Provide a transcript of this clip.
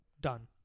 Done